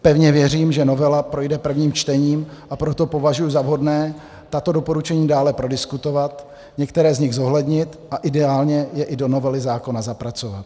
Pevně věřím, že novela projde prvním čtením, a proto považuji za vhodné tato doporučení dále prodiskutovat, některá z nich zohlednit a ideálně je i do novely zákona zapracovat.